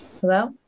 Hello